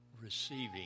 receiving